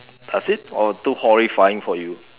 does it or too horrifying for you